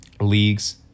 leagues